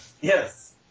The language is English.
Yes